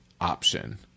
option